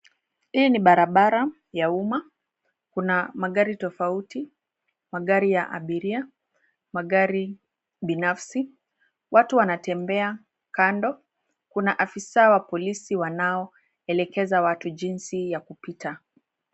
Hii ni barabara ya umma. Kuna magari tofauti; magari ya abiria, magari binafsi. Watu wanatembea kando. Kuna afisa wa polisi wanaoelekeza watu jinsi ya kupita.